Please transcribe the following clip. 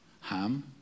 ham